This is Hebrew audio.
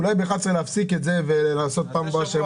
אולי ב-11:00 להפסיק את זה ולעשות פעם הבאה.